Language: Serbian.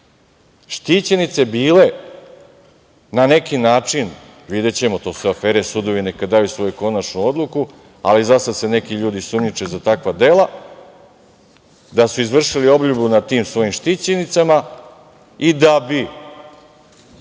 štićenice bile na neki način, videćemo to su afere, sudovi neka daju svoju konačnu odluku, ali zasad se neki ljudi sumnjiče za takva dela, da su izvršili obljubu nad tim svojim štićenicama i da bi,